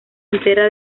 entera